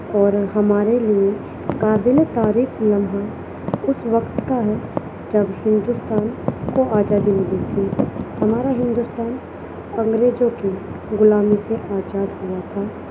اور ہمارے لیے قابل تعریف لمحہ اس وقت کا ہے جب ہندوستان کو آزادی ملی تھی ہمارا ہندوستان انگریزوں کی غلامی سے آزاد ہوا تھا